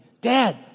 dad